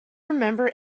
remember